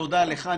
תודה לך.